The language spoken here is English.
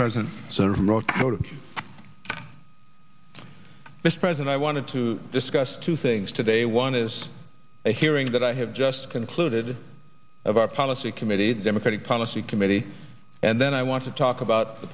mispresent i wanted to discuss two things today one is a hearing that i have just concluded of our policy committee democratic policy committee and then i want to talk about the